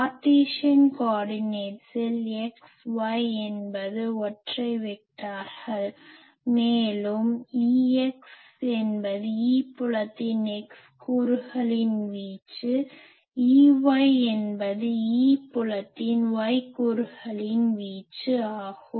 Cartesian கோர்டினேட்ஸில் x y என்பது ஒற்றை வெக்டார்கள் மேலும் Ex என்பது E புலத்தின் x கூறுகளின் வீச்சு Ey என்பது E புலத்தின் y கூறுகளின் வீச்சு ஆகும்